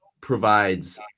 provides